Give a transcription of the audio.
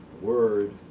word